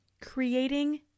Creating